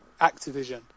Activision